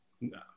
No